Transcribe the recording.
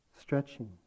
stretching